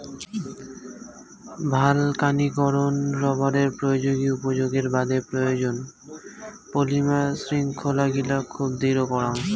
ভালকানীকরন রবারের প্রায়োগিক উপযোগের বাদে প্রয়োজন, পলিমার শৃঙ্খলগিলা খুব দৃঢ় করাং